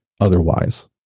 otherwise